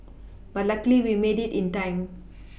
but luckily we made it in time